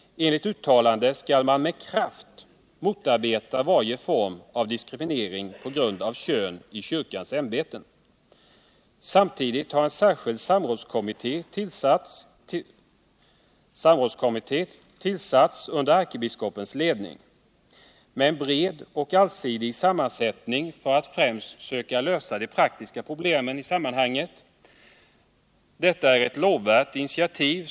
Enligt uttalandet skall man med kraft motarbeta varje form av diskriminering på grund av kön i kyrkans ämbeten. Samtidigt har en särskild samrådskommitté tillsatts, under ärkebiskopens ledning, med en bred och allsidig sammansättning för att främst söka lösa de praktiska problemen i sammanhanget. Det är ett lovvärt initiativ.